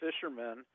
fishermen